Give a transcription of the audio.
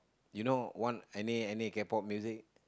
you know one any any K-pop music